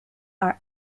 are